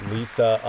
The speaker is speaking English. Lisa